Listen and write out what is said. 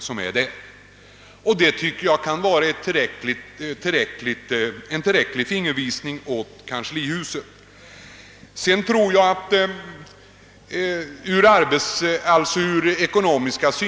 Det uttalandet tycker jag är en tillräcklig fingervisning för kanslihuset.